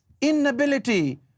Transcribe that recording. inability